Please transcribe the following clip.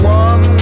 one